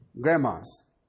grandmas